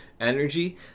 energy